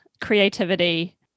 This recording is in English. creativity